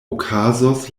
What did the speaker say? okazos